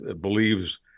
believes